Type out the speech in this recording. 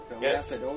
Yes